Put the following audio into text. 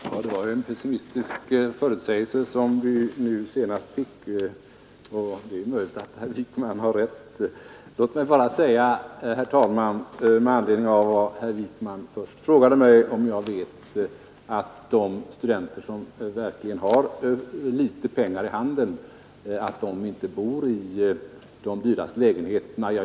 Herr talman! Det var ju en pessimistisk förutsägelse vi nu senast fick, och det är möjligt att herr Wijkman har rätt. Herr Wijkman frågade mig hur jag vet att de studenter som verkligen har litet pengar i handen inte bor i de dyraste lägenheterna.